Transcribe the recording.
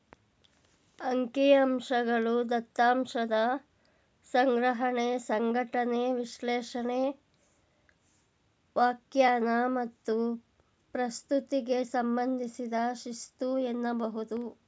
ಅಂಕಿಅಂಶಗಳು ದತ್ತಾಂಶದ ಸಂಗ್ರಹಣೆ, ಸಂಘಟನೆ, ವಿಶ್ಲೇಷಣೆ, ವ್ಯಾಖ್ಯಾನ ಮತ್ತು ಪ್ರಸ್ತುತಿಗೆ ಸಂಬಂಧಿಸಿದ ಶಿಸ್ತು ಎನ್ನಬಹುದು